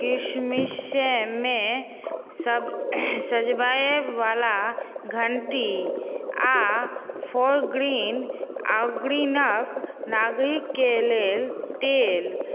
किशमिशमे सभ सजबए वाला घण्टी आ फोर ग्रीन ऑर्गैनिक नागरिकके लेल तेल